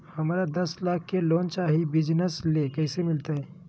हमरा दस लाख के लोन चाही बिजनस ले, कैसे मिलते?